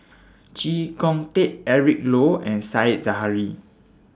Chee Kong Tet Eric Low and Said Zahari